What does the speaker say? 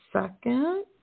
second